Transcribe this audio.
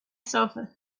sofa